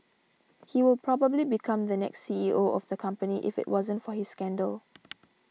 he will probably become the next C E O of the company if it wasn't for his scandal